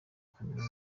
kaminuza